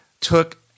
took